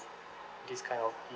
this kind of